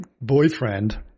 boyfriend